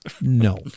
no